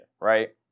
right